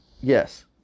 yes